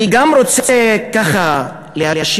אני גם רוצה להשיב.